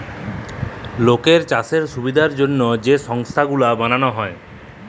লকের চাষের সুবিধার জ্যনহে যে সংস্থা গুলা বালাল হ্যয়